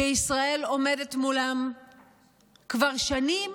שישראל עומדת מולם כבר שנים